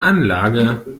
anlage